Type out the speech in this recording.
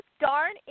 darn